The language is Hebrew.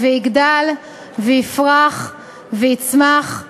ויגדל ויפרח ויצמח.